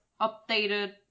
updated